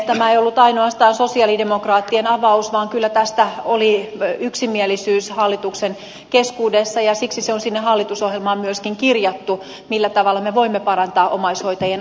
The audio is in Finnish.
tämä ei ollut ainoastaan sosialidemokraattien avaus vaan kyllä tästä oli yksimielisyys hallituksen keskuudessa ja siksi se on sinne hallitusohjelmaan myöskin kirjattu millä tavalla me voimme parantaa omaishoitajien asemaa